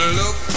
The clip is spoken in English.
look